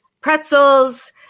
pretzels